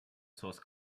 source